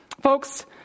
Folks